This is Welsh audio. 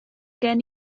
gen